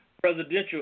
presidential